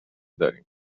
داریم